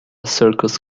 circus